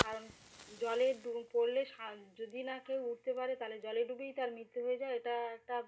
কারণ জলে ডু পড়লে সাঁ যদি না কেউ উঠতে পারে তাহলে জলে ডুবেই তার মৃত্যু হয়ে যায় এটা একটা